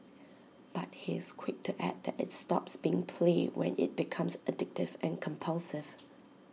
but he is quick to add that IT stops being play when IT becomes addictive and compulsive